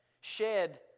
shed